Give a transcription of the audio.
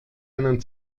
einen